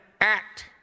act